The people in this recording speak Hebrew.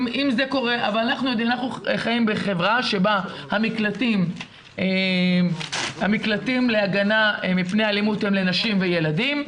אבל אנחנו חיים בחברה שבה המקלטים להגנה מפני אלימות הם לנשים וילדים,